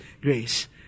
grace